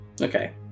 Okay